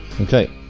Okay